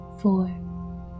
four